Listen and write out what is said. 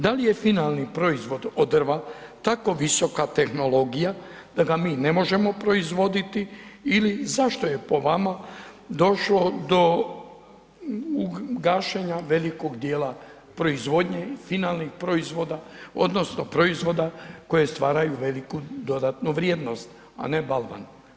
Da li je finalni proizvod od drva tako visoka tehnologija da ga mi ne možemo proizvoditi ili zašto je po vama došlo do gašenja velikog djela proizvodnje, finalnih proizvoda odnosno proizvoda koje stvaraju veliku dodatnu vrijednost a ne balvan?